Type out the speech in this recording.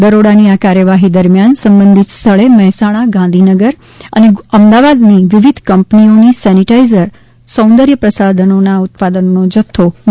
દરોડાની આ કાર્યવાહી દરમિયાન સંબંધીત સ્થળે મહેસાણા ગાંધીનગર અને અમદાવાદની વિવિધ કંપનીઓની સેનીટાઈઝર સૌંદર્ય પ્રશાધનોના ઉત્પાદનોનો જથ્થો મળી આવ્યો હતો